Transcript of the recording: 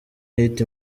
hit